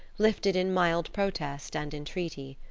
lifted in mild protest and entreaty.